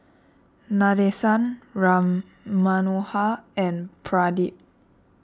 Nadesan Ram Manohar and Pradip